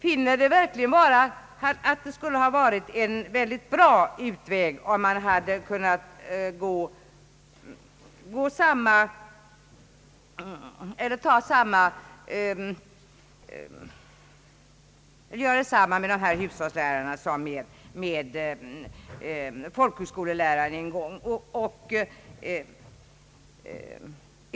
Vi anser att det skulle ha varit en mycket bra utväg, om man hade kunnat göra detsamma med :hushållslärarna som man en gång gjorde med folkhögskollärare.